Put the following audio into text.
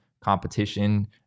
competition